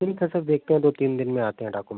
ठीक है सर देखते हैं दो तीन दिन में आते है डॉक्यूमेंट